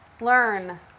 learn